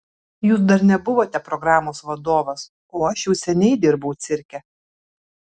jūs dar nebuvote programos vadovas o aš jau seniai dirbau cirke